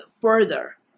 further